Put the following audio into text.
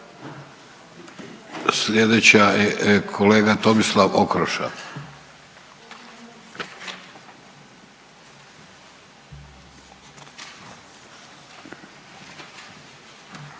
Sljedeća je kolega Tomislav Okroša.